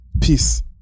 peace